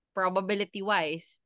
probability-wise